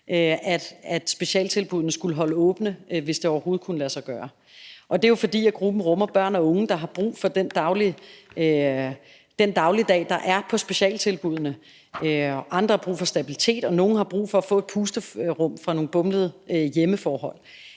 at specialtilbuddene skulle holde åbent, hvis det overhovedet kunne lade sig gøre. Det er jo, fordi gruppen rummer børn og unge, der har brug for den dagligdag, der er på specialtilbuddene. Andre har brug for stabilitet, og nogle har brug for at få et pusterum fra nogle bumlede hjemmeforhold.